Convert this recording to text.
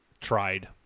tried